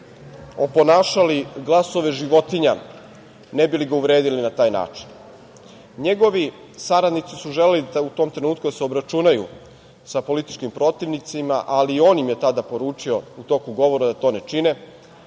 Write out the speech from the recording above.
oponašali glasove životinja ne bi li ga uvredili na taj način. Njegovi saradnici su želeli u tom trenutku da se obračunaju sa političkim protivnicima, ali on im je tada poručio u toku govora da to ne čine. Rekao